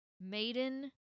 Maiden